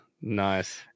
nice